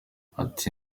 ati